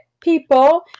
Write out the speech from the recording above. people